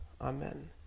amen